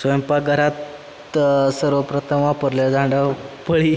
स्वयंपाकघरात सर्वप्रथम वापरलं जाणं पळी